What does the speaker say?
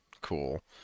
Cool